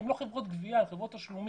הן לא חברות גבייה אלא חברות תשלומים.